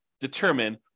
determine